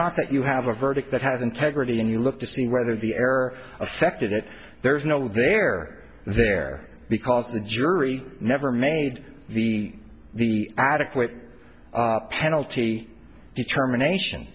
not that you have a verdict that has integrity and you look to see whether the error affected it there's no there there because the jury never made the the adequate penalty determination